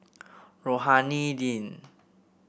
Rohani Din